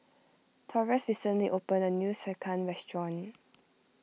Taurus recently opened a new Sekihan restaurant